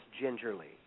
gingerly